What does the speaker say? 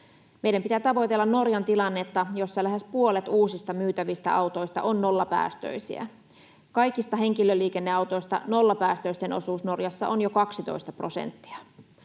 Meidän pitää tavoitella Norjan tilannetta, jossa lähes puolet uusista myytävistä autoista on nollapäästöisiä. Kaikista henkilöliikenneautoista nollapäästöisten osuus Norjassa on jo 12 prosenttia.